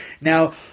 Now